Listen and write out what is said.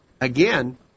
Again